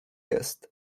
jest